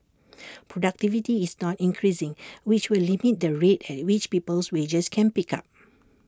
productivity is not increasing which will limit the rate at which people's wages can pick up